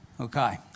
Okay